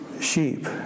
sheep